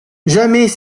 jamais